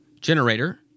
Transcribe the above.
generator